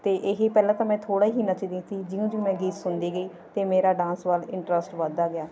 ਅਤੇ ਇਹ ਪਹਿਲਾਂ ਤਾਂ ਮੈਂ ਥੋੜ੍ਹਾ ਹੀ ਨੱਚਦੀ ਸੀ ਜਿਉਂ ਜਿਉਂ ਮੈਂ ਗੀਤ ਸੁਣਦੀ ਗਈ ਤਾਂ ਮੇਰਾ ਡਾਂਸ ਵੱਲ ਇੰਟਰਸਟ ਵੱਧਦਾ ਗਿਆ